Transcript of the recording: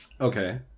Okay